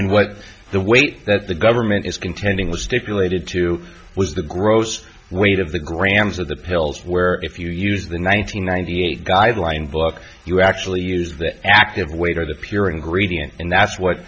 and what the weight that the government is contending was deflated to was the gross weight of the grams of the pills where if you use the nine hundred ninety eight guideline book you actually use that active weight or the pure ingredient in that's what